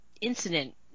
incident